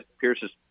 Pierce's